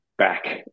back